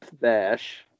bash